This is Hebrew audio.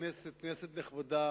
כנסת נכבדה,